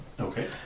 Okay